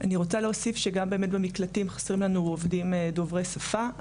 אני רוצה להוסיף שגם במקלטים חסרים לנו עובדים דוברי שפה.